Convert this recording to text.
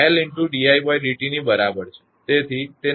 તેથી તે નાના વોલ્ટેજ Δ𝑣 એ Δ𝐿